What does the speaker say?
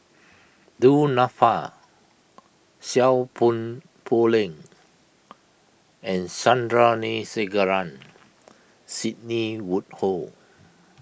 Du Nanfa Seow Poh Leng and Sandrasegaran Sidney Woodhull